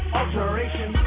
alteration